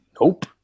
Nope